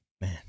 Man